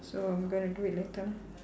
so I'm gonna do it later